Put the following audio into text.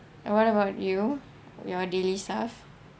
and what about you your daily stuff